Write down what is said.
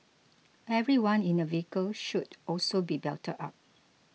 everyone in a vehicle should also be belted up